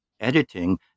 editing